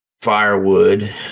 firewood